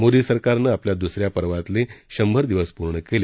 मोदी सरकारनं आपल्या द्सऱ्या पर्वातले शंभर दिवस पूर्ण केले